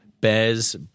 Bears